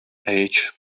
age